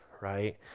right